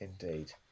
Indeed